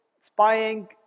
spying